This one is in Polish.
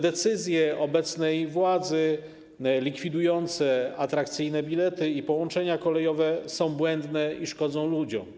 Decyzje obecnej władzy likwidujące atrakcyjne bilety i połączenia kolejowe są błędne i szkodzą ludziom.